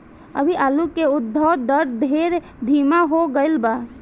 अभी आलू के उद्भव दर ढेर धीमा हो गईल बा